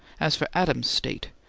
as for adam's state,